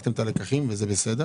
לקחים וזה בסדר